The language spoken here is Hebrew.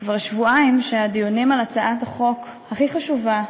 כבר שבועיים שהדיונים על הצעת החוק הכי חשובה,